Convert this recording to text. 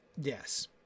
Yes